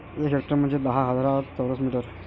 एक हेक्टर म्हंजे दहा हजार चौरस मीटर